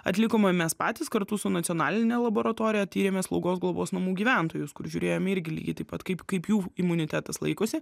atlikome mes patys kartu su nacionaline laboratorija tyrėme slaugos globos namų gyventojus kur žiūrėjome irgi lygiai taip pat kaip kaip jų imunitetas laikosi